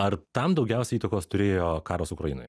ar tam daugiausiai įtakos turėjo karas ukrainoje